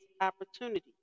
opportunity